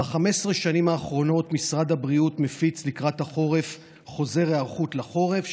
ב-15 השנים האחרונות משרד הבריאות מפיץ לקראת החורף חוזר היערכות לחורף,